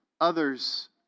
others